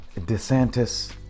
DeSantis